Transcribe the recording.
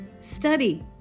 study